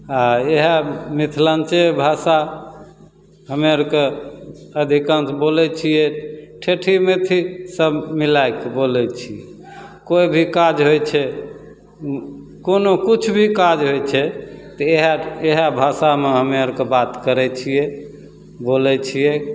आओर इएह मिथलाञ्चले भाषा हमे आरके अधिकांश बोलै छिए ठेठी मेथी सब मिलैके बोलै छिए कोइ भी काज होइ छै कोनो किछु भी काज होइ छै तऽ इएह इएह भाषामे हमे आरके बात करै छिए बोलै छिए